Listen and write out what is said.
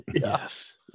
Yes